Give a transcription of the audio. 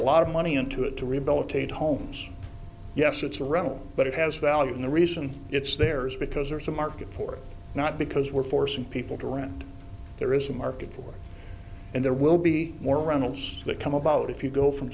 a lot of money into it to rehabilitate homes yes it's run but it has value and the reason it's there is because there's a market for not because we're forcing people to where there is a market for it and there will be more runnels that come about if you go from